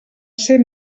ser